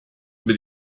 mit